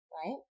right